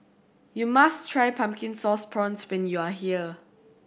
you must try Pumpkin Sauce Prawns when you are here